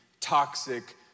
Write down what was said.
toxic